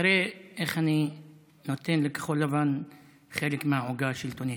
תראה איך אני נותן לכחול לבן חלק מהעוגה השלטונית.